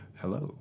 hello